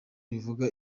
rivuga